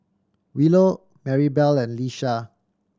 Willow Marybelle and Lisha